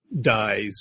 dies